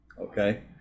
okay